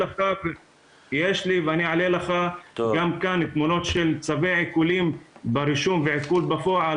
יש לי כאן תמונות של צווי עיקולים ברישום ועיקול בפועל,